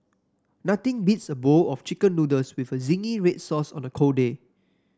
nothing beats a bowl of chicken noodles with a zingy red sauce on a cold day